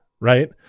right